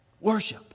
Worship